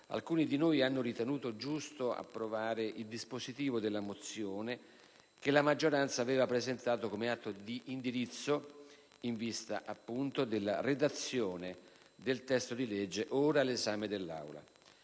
alcuni di noi hanno ritenuto giusto approvare il dispositivo della mozione che la maggioranza aveva presentato come atto d'indirizzo in vista, appunto, della redazione del testo di legge ora all'esame dell'Aula.